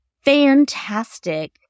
Fantastic